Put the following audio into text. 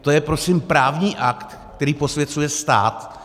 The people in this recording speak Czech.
To je prosím právní akt, který posvěcuje stát.